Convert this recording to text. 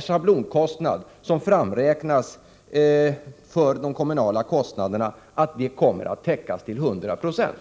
schablonkostnad för kommunerna som framräknas kommer att täckas till 100 26.